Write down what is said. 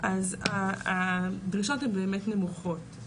אז הדרישות הן באמת נמוכות.